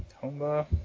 Tomba